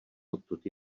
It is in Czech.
odtud